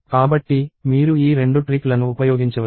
కాబట్టి మీరు ఈ రెండు ట్రిక్లను ఉపయోగించవచ్చు